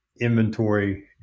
Inventory